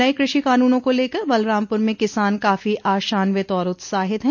नये कृषि कानूनों को लेकर बलरामपुर में किसान काफी आशान्वित और उत्साहित है